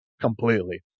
completely